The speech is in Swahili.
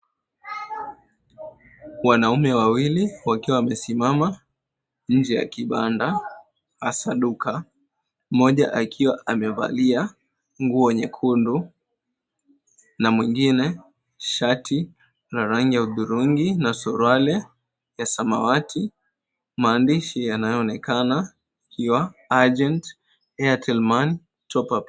Wanaume wawili wakiwa wamesimama nje ya kibanda hasa duka. Moja akiwa amevalia nguo nyekundu na mwingine shati la rangi ya hudhurungi na suruali ya samawati. Maandishi yanayoonekana ikiwa, "Agent Airtel Money Top up".